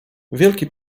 wielki